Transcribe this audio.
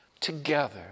Together